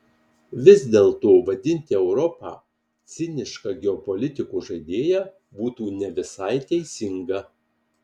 vis dėlto vadinti europą ciniška geopolitikos žaidėja būtų ne visai teisinga